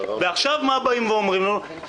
עכשיו באים ואומרים לנו,